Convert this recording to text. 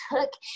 took